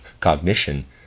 cognition